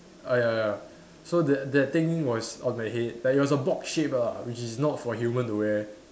ah ya ya so that that thing was on the head like it was a box shape ah which is not for human to wear